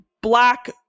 black